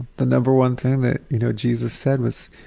the number one thing that, you know, jesus said was,